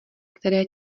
které